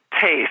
taste